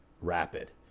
rapid